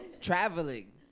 Traveling